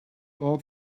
all